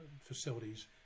facilities